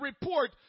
report